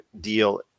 deal